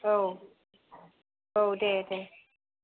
औ औ दे दे